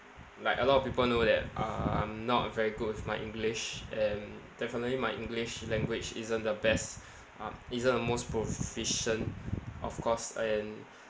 like a lot of people know that uh I'm not very good with my english and definitely my english language isn't the best um isn't the most proficient of course and